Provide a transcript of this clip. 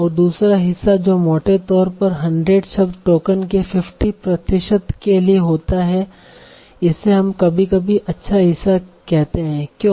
और दूसरा हिस्सा जो मोटे तौर पर 100 शब्द टोकन के 50 प्रतिशत के लिए होता है इसे हम कभी कभी अच्छा हिस्सा कहते हैं क्यों